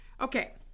Okay